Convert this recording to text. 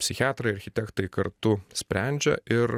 psichiatrai architektai kartu sprendžia ir